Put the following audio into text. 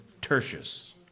Tertius